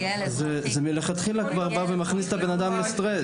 זה מלכתחילה כבר בא ומכניס את הבן אדם לסטרס.